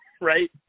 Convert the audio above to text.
right